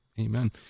Amen